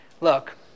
look